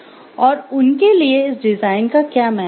और उनके लिए इस डिजाइन का क्या महत्व है